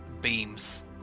beams